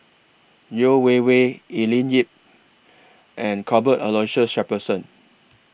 Yeo Wei Wei Evelyn Lip and Cuthbert Aloysius Shepherdson